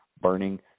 burning